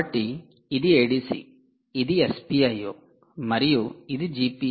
కాబట్టి ఇది 'ADC' ఇది 'SPIO' మరియు ఇది 'GPIO'